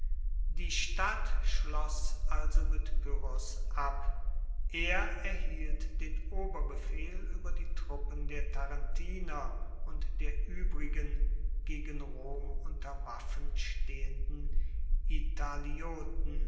die stadt schloss also mit pyrrhos ab er erhielt den oberbefehl ueber die truppen der tarentiner und der uebrigen gegen rom unter waffen stehenden